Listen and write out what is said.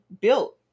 built